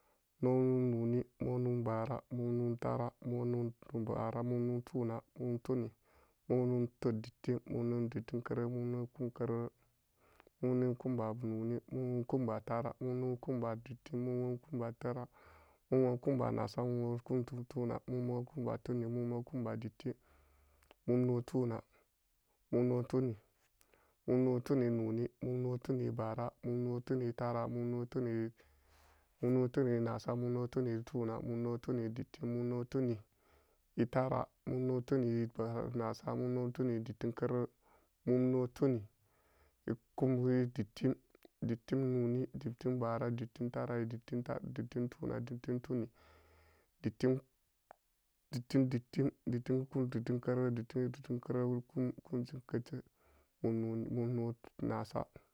Monung noni, monung bara, monung tara, monung bara, monung tuna, monung tunin, monung dittim, monung dittim kerere, monung kumba noni, monung kumba tara, monung noni, monung tara, monung kymba dittim, monung kumba tara, monung kumba nasa, monung kumba tuna, monung kumba tuning, mum-no kumba dittim, mum no tuna, mum no tunin, mum no tunin enoni, mum no tunin ebara, mum no tunin etara, mum no tunin enasa, mum no tunin etuna, mum no tunin edittim, mum no tunin etara, mum no tunin enasa, mum no tunin edittim kerere, mum no tunin edittim, dittim noni, dittim bara, dittim tara, ditti tunin, dittim tunin, dittim dittim, dittim kum, dittim kerere, dittim dittim kerere kum-kumcin kecce.